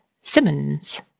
Simmons